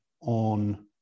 on